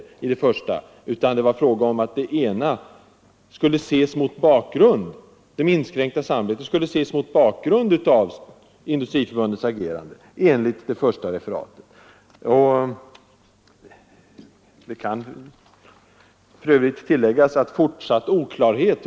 Enligt det första referatet skulle minskningen av samarbetet med Industriförbundet ses mot bakgrund av förbundets agerande i fråga om Stålverk 80.